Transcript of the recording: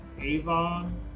Avon